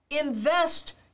invest